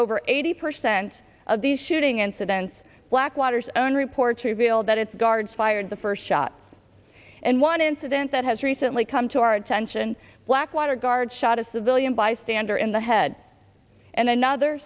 over eighty percent of the shooting incidents blackwater's own reports reveal that it's guards fired the first shot and one incident that has recently come to our attention blackwater guards shot a civilian bystander in the head and another